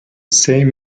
same